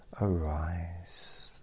arise